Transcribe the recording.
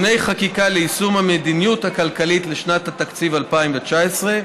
(תיקוני חקיקה ליישום המדיניות הכלכלית לשנת התקציב 2019),